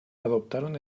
adoptaron